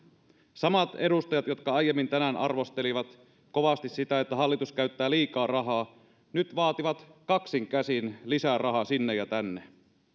samat edustajat jotka aiemmin tänään arvostelivat kovasti sitä että hallitus käyttää liikaa rahaa nyt vaativat kaksin käsin lisää rahaa sinne ja tänne